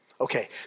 Okay